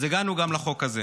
אז הגענו גם לחוק הזה.